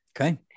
Okay